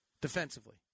defensively